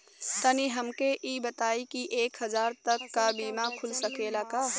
तनि हमके इ बताईं की एक हजार तक क बीमा खुल सकेला का?